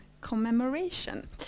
commemoration